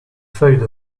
feuilles